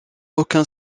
aucun